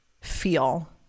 feel